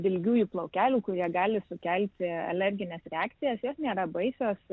dilgiųjų plaukelių kurie gali sukelti alergines reakcijas jos nėra baisios